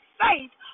faith